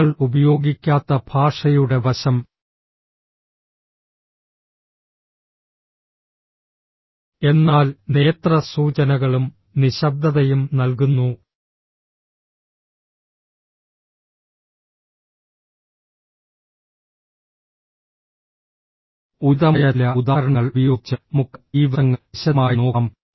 വാക്കുകൾ ഉപയോഗിക്കാത്ത ഭാഷയുടെ വശം എന്നാൽ നേത്ര സൂചനകളും നിശബ്ദതയും നൽകുന്നു ഉചിതമായ ചില ഉദാഹരണങ്ങൾ ഉപയോഗിച്ച് നമുക്ക് ഈ വശങ്ങൾ വിശദമായി നോക്കാം